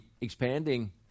expanding